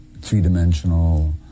three-dimensional